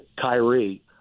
Kyrie